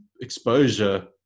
exposure